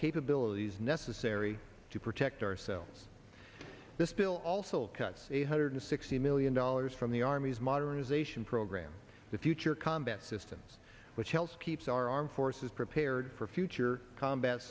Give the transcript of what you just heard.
capabilities necessary to protect ourselves this bill also cuts eight hundred sixty million dollars from the army's modernization program the future combat systems which helps keeps our armed forces prepared for future combat